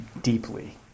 deeply